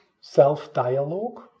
self-dialogue